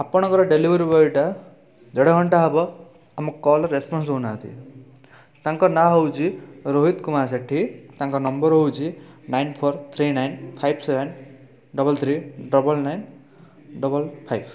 ଆପଣଙ୍କର ଡେଲିଭରି ବଏଟା ଦେଡ଼ଘଣ୍ଟା ହେବ ଆମ କଲ୍ର ରେସପନ୍ସ ଦଉନାହାନ୍ତି ତାଙ୍କ ନାଁ ହେଉଛି ରୋହିତ କୁମାର ସେଠି ତାଙ୍କ ନମ୍ବର୍ ହେଉଛି nine four three nine five seven double three double nine double five